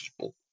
people